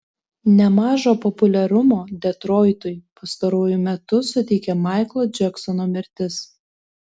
nemažo populiarumo detroitui pastaruoju metu suteikė maiklo džeksono mirtis